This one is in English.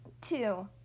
Two